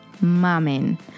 mamen